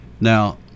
now